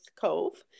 Cove